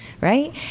right